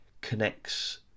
connects